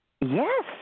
Yes